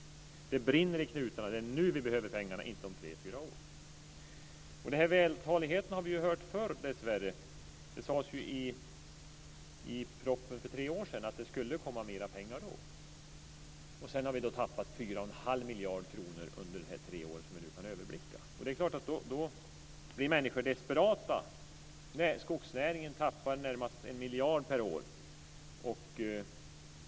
Det brinner i knutarna. Det är nu vi behöver pengarna - inte om tre fyra år. Den här vältaligheten har vi dessvärre hört förr. I propositionen som kom för tre år sedan stod det att det skulle komma mer pengar. Men vi har dessvärre tappat 4 1⁄2 miljard kronor under de tre åren, som vi nu kan överblicka. Självfallet blir människor desperata. Skogsnäringen förlorar närmare 1 miljard per år.